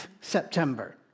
September